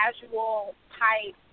casual-type